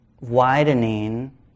widening